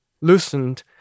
loosened